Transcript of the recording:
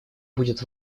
будет